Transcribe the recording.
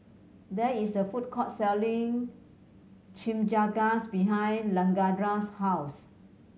there is a food court selling Chimichangas behind Lakendra's house